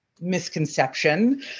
Misconception